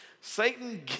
Satan